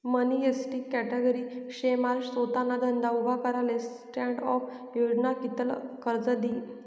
मनी ST category शे माले सोताना धंदा उभा कराले स्टॅण्डअप योजना कित्ल कर्ज दी?